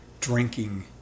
drinking